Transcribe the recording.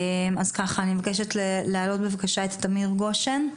אבקש להעלות את תמיר גושן.